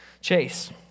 chase